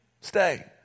Stay